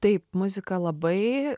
taip muzika labai